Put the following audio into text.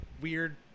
weird